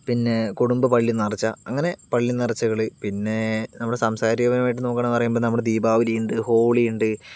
പിന്നെ കുടുംബ പള്ളി നേർച്ച അങ്ങനെ പള്ളി നേർച്ചകൾ പിന്നെ നമ്മുടെ സാംസ്കാരികപരമായിട്ട് നോക്കുകയാണെന്ന് പറയുമ്പോൾ നമ്മുടെ ദീപാവലിയുണ്ട് ഹോളിയുണ്ട്